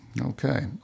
Okay